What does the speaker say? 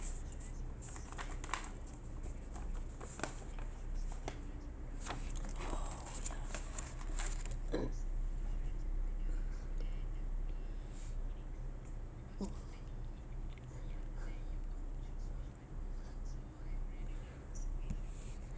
oh